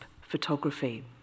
photography